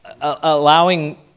Allowing